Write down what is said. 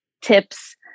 tips